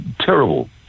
terrible